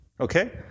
Okay